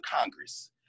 Congress